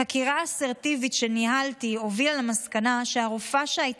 חקירה אסרטיבית שניהלתי הובילה למסקנה שהרופאה שהייתה